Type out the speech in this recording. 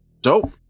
dope